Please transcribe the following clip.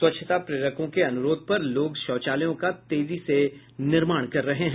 स्वच्छता प्रेरकों के अनुरोध पर लोग शौचालयों का तेजी से निर्माण कर रहे हैं